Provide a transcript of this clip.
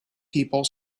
people